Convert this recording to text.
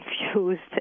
confused